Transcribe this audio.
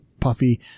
puffy